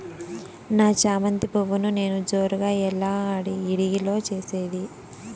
నా చామంతి పువ్వును నేను జోరుగా ఎలా ఇడిగే లో చేసేది?